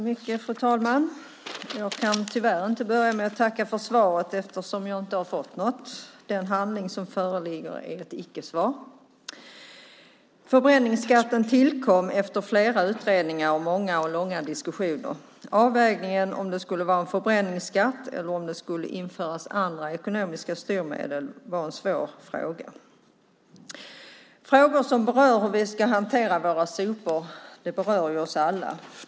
Fru talman! Jag kan tyvärr inte börja med att tacka för svaret eftersom jag inte har fått något. Den handling som föreligger är ett icke-svar. Förbränningsskatten tillkom efter flera utredningar och många och långa diskussioner. Avvägningen om det skulle vara en förbränningsskatt eller om det skulle införas andra ekonomiska styrmedel var svår. Frågan om hur vi ska hantera våra sopor berör oss alla.